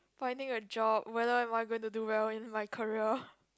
finding a job whether am I going to do well in my career